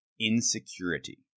insecurity